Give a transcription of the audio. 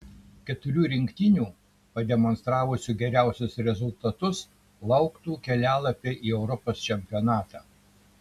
keturių rinktinių pademonstravusių geriausius rezultatus lauktų kelialapiai į europos čempionatą